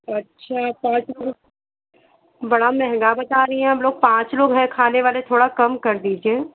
अच्छा पाँच लोग बड़ा महंगा बता रही हैं हम लोग पाँच लोग हैं खाने वाले थोड़ा कम कर दीजिए